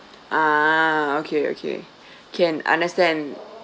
ah okay okay can understand